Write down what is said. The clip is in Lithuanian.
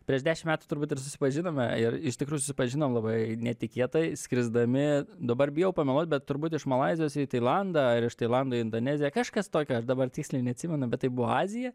prieš dešim metų turbūt ir susipažinome ir iš tikrų susipažinom labai netikėtai skrisdami dabar bijau pameluot bet turbūt iš malaizijos į tailandą ar iš tailando į indoneziją kažkas tokio aš dabar tiksliai neatsimenu bet tai buvo azija